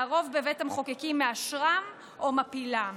והרוב בבית המחוקקים מאשרם או מפילם.